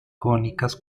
cónicas